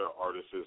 artists